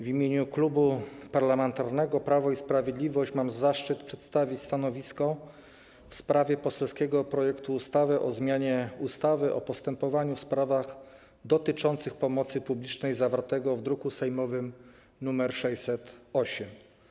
W imieniu Klubu Parlamentarnego Prawo i Sprawiedliwość mam zaszczyt przedstawić stanowisko w sprawie poselskiego projektu ustawy o zmianie ustawy o postępowaniu w sprawach dotyczących pomocy publicznej zawartego w druku sejmowym nr 608.